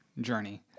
journey